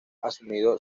asumido